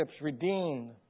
redeemed